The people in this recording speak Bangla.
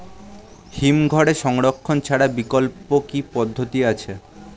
হিমঘরে সংরক্ষণ ছাড়া বিকল্প কি পদ্ধতি আছে?